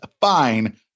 fine